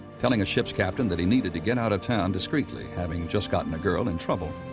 telling a ship's captain that he needed to get out of town discreetly, having just gotten a girl in trouble.